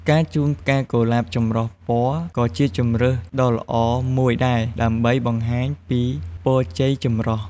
ការជូនផ្កាកុលាបចម្រុះពណ៌ក៏ជាជម្រើសដ៏ល្អមួយដែរ ដើម្បីបង្ហាញពីពរជ័យចម្រុះ។